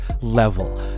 level